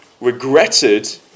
regretted